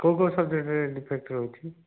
କେଉଁ କେଉଁ subject defect ରହୁଛି